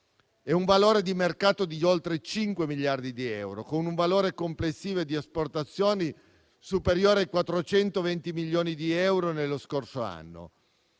e un valore di mercato di oltre 5 miliardi di euro, con un valore complessivo di esportazioni superiore ai 420 milioni di euro nello scorso anno.